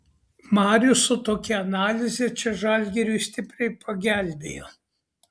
marius su tokia analize čia žalgiriui stipriai pagelbėjo